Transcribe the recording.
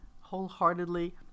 wholeheartedly